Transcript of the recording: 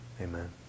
Amen